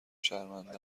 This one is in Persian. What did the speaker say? شرمنده